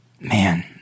Man